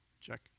check